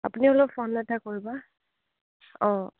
আপুনি অলপ ফোন এটা কৰিবা অঁ